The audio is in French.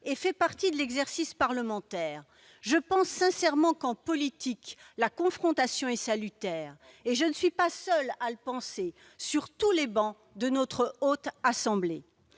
et fait partie de l'exercice parlementaire. Je pense sincèrement qu'en politique, la confrontation est salutaire, et je ne suis pas seule à le penser : cette position est partagée,